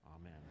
amen